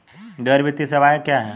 गैर वित्तीय सेवाएं क्या हैं?